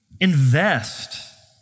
Invest